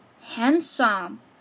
handsome